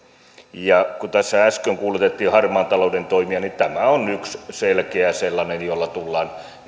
ja kun tässä äsken kuulutettiin harmaan talouden toimia niin tämä on yksi selkeä sellainen jolla tullaan